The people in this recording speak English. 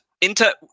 Inter